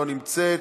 לא נמצאת,